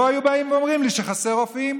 לא היו באים ואומרים לי שחסרים רופאים,